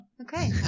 Okay